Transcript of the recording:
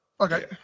Okay